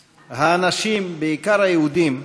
האנשים, בעיקר היהודים,